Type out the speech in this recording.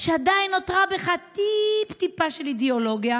שעדיין נותרה בך טיפ-טיפה של אידיאולוגיה,